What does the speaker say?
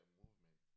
movement